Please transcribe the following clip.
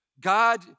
God